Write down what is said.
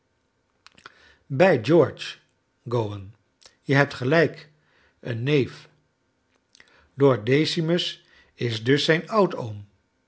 bij george go wan je hebt gelrjk een neef lord decimus is dus zijn oudoom